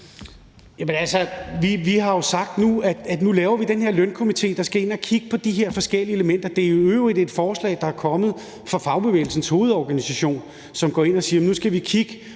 vi har jo sagt, at nu laver vi den her lønstrukturkomité , der skal ind og kigge på de her forskellige elementer. Det er jo i øvrigt et forslag, der er kommet fra Fagbevægelsens Hovedorganisation, som går ind og siger: Nu skal vi kigge